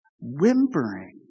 whimpering